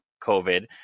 COVID